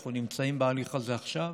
אנחנו נמצאים בהליך הזה עכשיו,